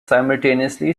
simultaneously